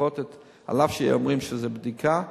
על אף שאומרים שזו בדיקה,